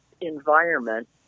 environment